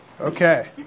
Okay